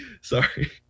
Sorry